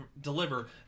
deliver